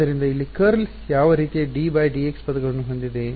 ಆದ್ದರಿಂದ ಇಲ್ಲಿ ಕರ್ಲ್ ಯಾವ ರೀತಿಯ d dx ಪದಗಳನ್ನು ಹೊಂದಿದೆ